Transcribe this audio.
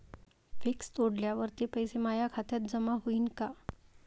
Fix तोडल्यावर ते पैसे माया खात्यात जमा होईनं का?